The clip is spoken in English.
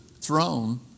throne